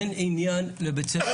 אין עניין לבית-ספר